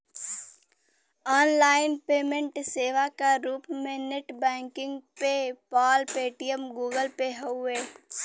online payment सेवा क रूप में net banking PayPal, Paytm, Google Pay हउवे